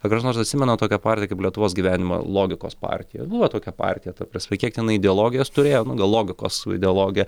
ar kas nors atsimena tokią partiją kaip lietuvos gyvenimo logikos partija buvo tokia partija ta prasme kiek tenai ideologijos turėjo nu gal logikos su ideologija